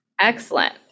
Excellent